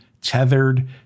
tethered